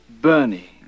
Bernie